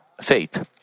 faith